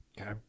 okay